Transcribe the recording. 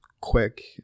quick